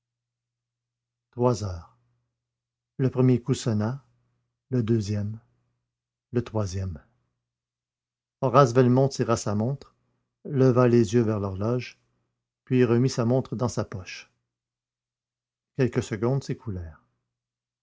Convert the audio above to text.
trois heures le premier coup sonna le deuxième coup le troisième horace velmont tira sa montre leva les yeux vers l'horloge puis remit sa montre dans sa poche quelques secondes